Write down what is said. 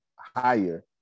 higher